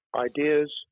Ideas